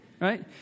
right